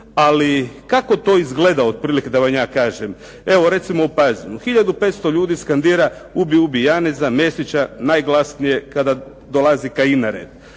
ali kako to izgleda otprilike da vam ja kažem. Evo recimo u Pazinu, hiljadu 500 ljudi skandira "Ubij, ubij Janeza, Mesića" najglasnije kada dolazi Kajin na